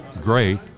great